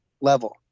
level